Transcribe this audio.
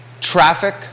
traffic